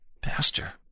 Pastor